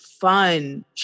fun